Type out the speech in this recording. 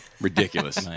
ridiculous